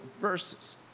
verses